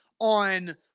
on